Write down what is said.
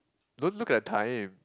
don't look at the time